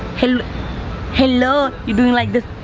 hell hello. he doing like this.